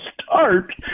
start